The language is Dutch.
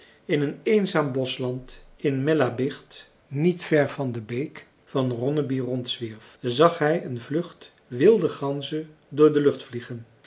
in een eenzaam boschland in mellambygd niet ver van de beek van ronneby rondzwierf zag hij een vlucht wilde ganzen door de lucht vliegen